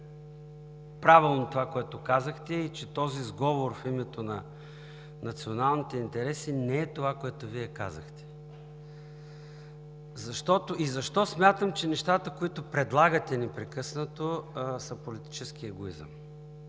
правилно това, което казахте, и че този сговор в името на националните интереси не е това, което Вие казахте? И защо смятам, че нещата, които предлагате непрекъснато, са политически егоизъм?